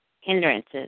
hindrances